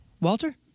Walter